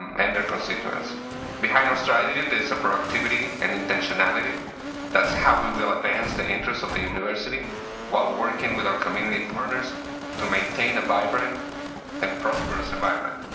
um and their constituents behind our strategy there is a productivity and intentionality that's how we will advance the interests of the university while working with our community partners to maintain a vibrant and prosperous environment